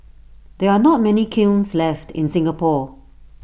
there are not many kilns left in Singapore